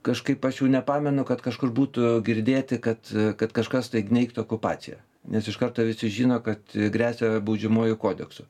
kažkaip aš jau nepamenu kad kažkur būtų girdėti kad kad kažkas tai neigtų okupaciją nes iš karto visi žino kad gresia baudžiamuoju kodeksu